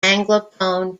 anglophone